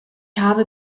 habe